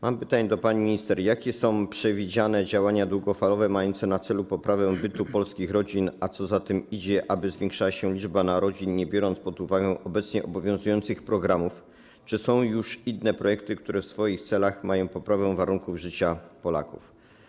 Mam pytanie do pani minister: Jakie są przewidziane działania długofalowe mające na celu poprawę bytu polskich rodzin, a co za tym idzie - zwiększenie liczby narodzin, nie biorąc pod uwagę obecnie obowiązujących programów, i czy są już inne projekty, które mają na celu poprawę warunków życia Polaków?